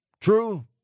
True